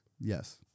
Yes